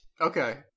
Okay